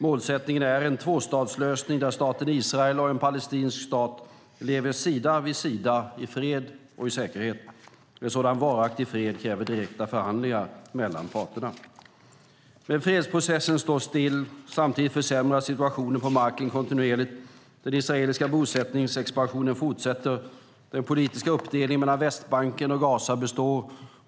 Målsättningen är en tvåstatslösning där staten Israel och en palestinsk stat lever sida vid sida i fred och säkerhet. En sådan varaktig fred kräver direkta förhandlingar mellan parterna. Men fredsprocessen står still. Samtidigt försämras situationen på marken kontinuerligt. Den israeliska bosättningsexpansionen fortsätter. Den politiska uppdelningen mellan Västbanken och Gaza består.